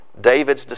David's